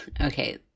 Okay